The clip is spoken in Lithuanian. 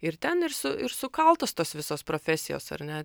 ir ten ir su ir sukaltos tos visos profesijos ar ne